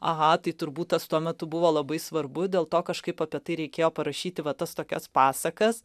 aha tai turbūt tas tuo metu buvo labai svarbu dėl to kažkaip apie tai reikėjo parašyti va tas tokias pasakas